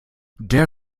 der